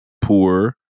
poor